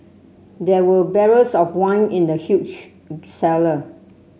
there were barrels of wine in the huge cellar